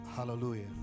Hallelujah